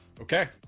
Okay